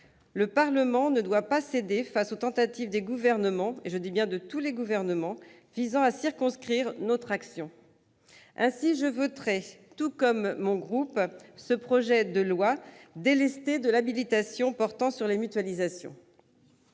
Le Parlement ne doit pas céder face aux tentatives des gouvernements, quels qu'ils soient, visant à circonscrire notre action. Je voterai, comme mon groupe, ce projet de loi délesté de l'habilitation portant sur les mutualisations.